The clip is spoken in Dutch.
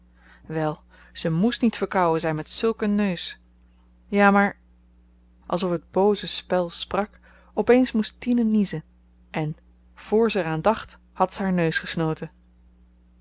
wèl ze moest niet verkouwen zyn met zulk een neus ja maar alsof t booze spel sprak op eens moest tine niezen en voor ze er aan dacht had ze haar neus